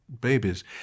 babies